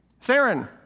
Theron